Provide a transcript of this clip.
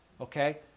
okay